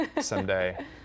someday